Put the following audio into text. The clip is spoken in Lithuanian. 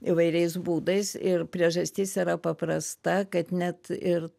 įvairiais būdais ir priežastis yra paprasta kad net ir